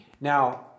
Now